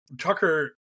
Tucker